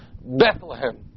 Bethlehem